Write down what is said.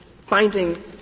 finding